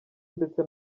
ndetse